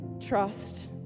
trust